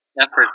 effort